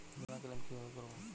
বিমা ক্লেম কিভাবে করব?